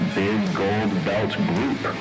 biggoldbeltgroup